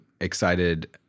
excited